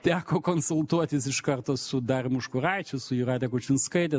teko konsultuotis iš karto su darium užkuraičiu su jūrate kučinskaite